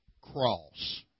cross